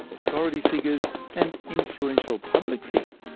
authority figures and influential public figures.